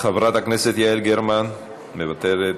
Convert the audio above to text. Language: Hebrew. חברת הכנסת יעל גרמן, מוותרת,